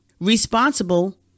responsible